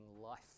life